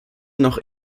noch